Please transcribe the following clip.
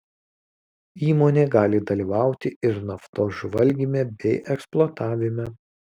įmonė gali dalyvauti ir naftos žvalgyme bei eksploatavime